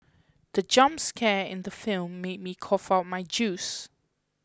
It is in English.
the jump scare in the film made me cough out my juice